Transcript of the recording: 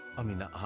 amina,